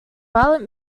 violent